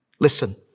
Listen